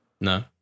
No